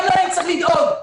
גם להם צריך לדאוג.